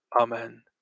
Amen